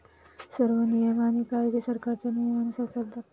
सर्व नियम आणि कायदे सरकारच्या नियमानुसार चालतात